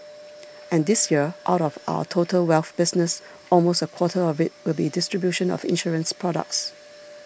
and this year out of our total wealth business almost a quarter of it will be distribution of insurance products